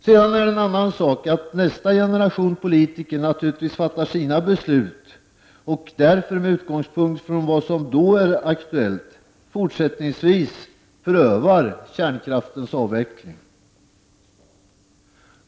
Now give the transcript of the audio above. Sedan är det en annan sak att nästa generations politiker naturligtvis fattar sina beslut och därför, med utgångspunkt i vad som då är aktuellt, fortsättningsvis prövar kärnkraftens avveckling.